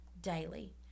daily